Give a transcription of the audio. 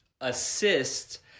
assist